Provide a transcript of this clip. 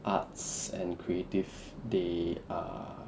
arts and creative they are